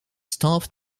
staffed